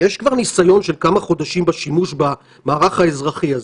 יש כבר ניסיון של כמה חודשים בשימוש במערך האזרחי הזה.